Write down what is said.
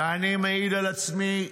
ואני מעיד על עצמי,